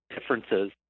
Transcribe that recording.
differences